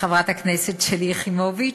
חברת הכנסת שלי יחימוביץ.